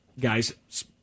guys